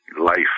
life